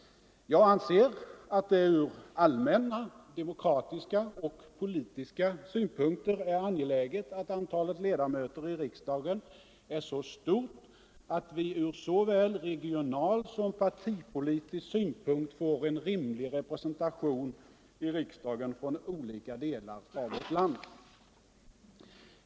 Jag anser att det från allmänna demokratiska och politiska synpunkter är angeläget, att antalet ledamöter i riksdagen är så stort att vi från såväl regionalpolitiska som partipolitiska synpunkter får en rimlig representation i riksdagen från olika delar av vårt land.